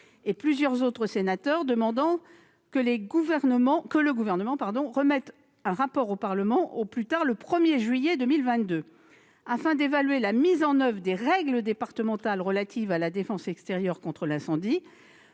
et plusieurs autres sénateurs demandant que le Gouvernement remette un rapport au Parlement au plus tard le 1 juillet 2022, afin d'évaluer la mise en oeuvre des règles départementales relatives à la défense extérieure contre l'incendie,